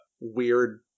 weird